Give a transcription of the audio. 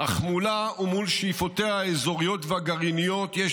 אך מולה ומול שאיפותיה האזוריות והגרעיניות יש